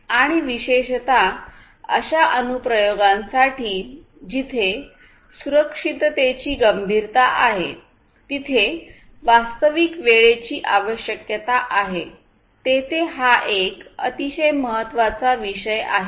आणि विशेषत अशा अनुप्रयोगांसाठी जिथे सुरक्षिततेची गंभीरता आहे जिथे वास्तविक वेळेची आवश्यकता आहे तेथे हा एक अतिशय महत्वाचा विषय आहे